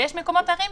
ויש מקומות אחרים,